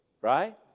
right